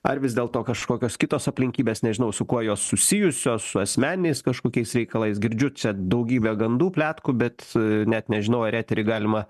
ar vis dėlto kažkokios kitos aplinkybės nežinau su kuo jos susijusios su asmeniniais kažkokiais reikalais girdžiu čia daugybę gandų pletkų bet net nežinau ar etery galima